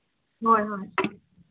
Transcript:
ꯍꯣꯏ ꯍꯣꯏ